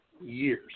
years